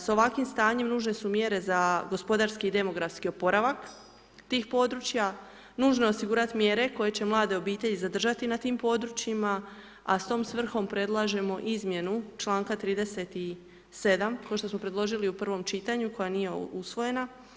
S ovakvim stanjem nužne su mjere za gospodarski i demografski oporavak tih područja, nužno je osigurati mjere koje će mlade obitelji zadržati na tim područjima, a s tom svrhom predlažemo izmjenu članka 37. ko što smo predložili u prvom čitanju koja nije usvojena.